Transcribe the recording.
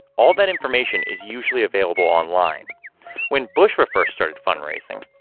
all that information is usually available online when bushra first started fundraising,